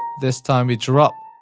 this time we drop.